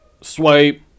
swipe